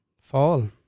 fall